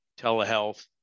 telehealth